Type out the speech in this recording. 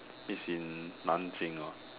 is in nanjing ah